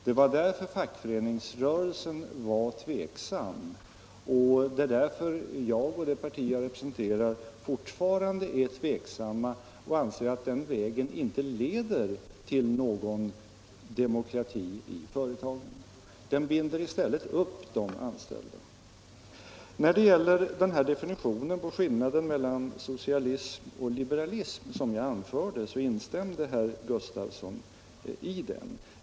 Det var därför som fackföreningsrörelsen var tveksam, och det är därför som jag och det parti som jag representerar alltjämt är tveksamma och anser att den vägen inte leder till någon demokrati i företagen. Den binder i stället upp de anställda. När det sedan gäller den definition på skillnaden socialism och liberalism som jag gjorde instämde herr Gustafson i den.